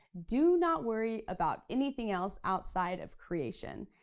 do not worry about anything else outside of creation.